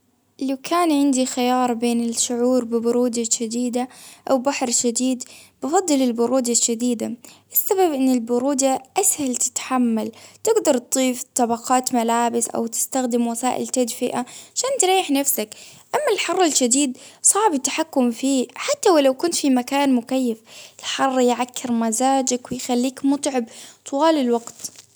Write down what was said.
لو كان عندي خيار بين الشعور ببرودة شديدة أو بحر شديد بفضل البرودة الشديدة، بسبب إن البرودة أسهل تتحمل تقدر تضيف طبقات ملابس، أو تستخدم وسائل تدفئة عشان تريح نفسك، أما الحر الشديد صعب التحكم فيه حتى ولو كنت في مكان مكيف، الحر يعكر مزاجك ويخليك متعب طوال الوقت.